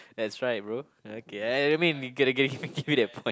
that's right bro okay I I mean you gotta gotta give me that point